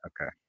Okay